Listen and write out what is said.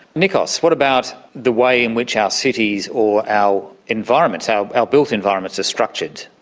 nikos, what about the way in which our cities or our environments, our our built environments are structured?